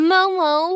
Momo